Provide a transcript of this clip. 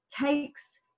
takes